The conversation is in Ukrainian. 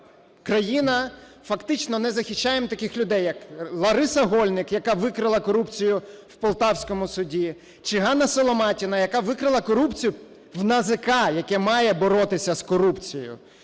країна, фактично, не захищаємо таких людей, як Лариса Гольник, яка викрила корупцію в полтавському суді, чи Ганна Соломатіна, яка викрила корупцію в НАЗК, яке має боротися з корупцією.